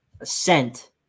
ascent